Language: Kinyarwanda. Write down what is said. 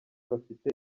bafite